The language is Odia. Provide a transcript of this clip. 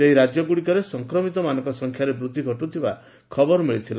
ସେହି ରାଜ୍ୟ ଗୁଡ଼ିକରେ ସଂକ୍ରମିତମାନଙ୍କ ସଂଖ୍ୟାରେ ବୃଦ୍ଧି ଘଟୁଥିବାର ଖବର ମିଳିଥିଲା